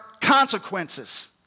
consequences